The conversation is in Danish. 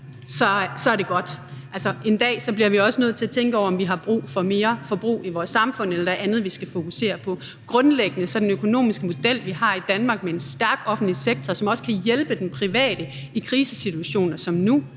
er det godt. Altså, en dag bliver vi også nødt til at tænke over, om vi har brug for mere forbrug i vores samfund eller der er andet, vi skal fokusere på. Grundlæggende er den økonomiske model, vi har i Danmark, med en stærk offentlig sektor, som også kan hjælpe den private i krisesituationer som nu,